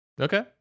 Okay